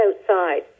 outside